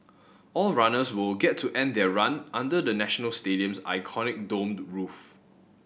all runners will get to end their run under the National Stadium's iconic domed roof